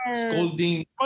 scolding